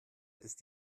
ist